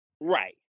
Right